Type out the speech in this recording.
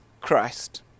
Christ